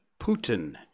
Putin